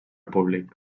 públic